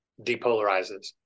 depolarizes